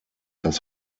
das